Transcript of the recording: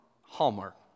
Hallmark